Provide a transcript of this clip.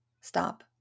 stop